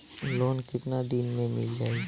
Loan कितना दिन में मिल जाई?